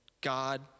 God